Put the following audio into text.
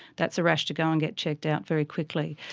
that's a rash to go and get checked out very quickly.